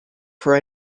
for